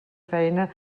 feina